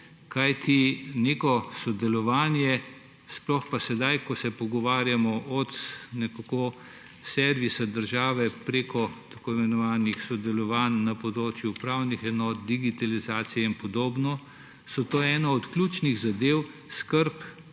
kajti neko sodelovanje, sploh pa sedaj, ko se pogovarjamo o servisu države, preko tako imenovanih sodelovanj na področju upravnih enot, digitalizacije in podobno, so to eno od ključnih zadev skrbi,